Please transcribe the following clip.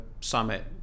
summit